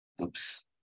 oops